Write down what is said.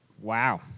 Wow